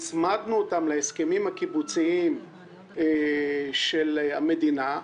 הצמדנו אותם להסכמים הקיבוציים של המדינה.